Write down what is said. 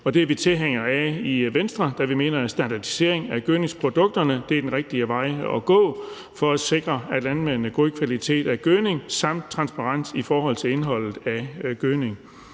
er vi tilhængere af i Venstre, da vi mener, at en standardisering af gødningsprodukterne er den rigtige vej at gå for at sikre landmændene en god kvalitet af gødning samt transparens i forhold til indholdet af gødning.